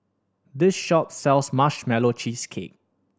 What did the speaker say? this shop sells Marshmallow Cheesecake